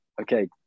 okay